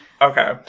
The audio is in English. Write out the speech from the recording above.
Okay